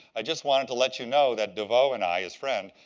i just wanted to let you know that de veaux and i, his friend,